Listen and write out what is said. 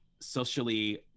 socially